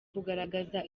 kugaragaza